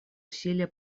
усилия